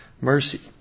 mercy